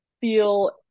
feel